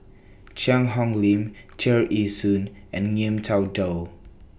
Cheang Hong Lim Tear Ee Soon and Ngiam Tong Dow